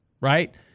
right